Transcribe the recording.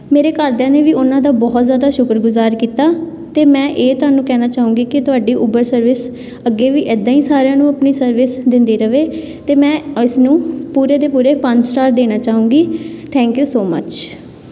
ਮੇਰੇ ਘਰਦਿਆਂ ਨੇ ਵੀ ਉਹਨਾਂ ਦਾ ਬਹੁਤ ਜ਼ਿਆਦਾ ਸ਼ੁਕਰ ਗੁਜ਼ਾਰ ਕੀਤਾ ਅਤੇ ਮੈਂ ਇਹ ਤੁਹਾਨੂੰ ਕਹਿਣਾ ਚਾਹੂੰਗੀ ਕਿ ਤੁਹਾਡੀ ਉਬਰ ਸਰਵਿਸ ਅੱਗੇ ਵੀ ਇੱਦਾਂ ਹੀ ਸਾਰਿਆਂ ਨੂੰ ਆਪਣੀ ਸਰਵਿਸ ਦਿੰਦੀ ਰਹੇ ਅਤੇ ਮੈਂ ਇਸਨੂੰ ਪੂਰੇ ਦੇ ਪੂਰੇ ਪੰਜ ਸਟਾਰ ਦੇਣਾ ਚਾਹੂੰਗੀ ਥੈਂਕ ਯੂ ਸੋ ਮਚ